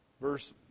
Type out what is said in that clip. verse